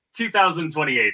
2028